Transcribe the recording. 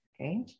okay